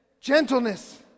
gentleness